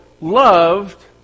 loved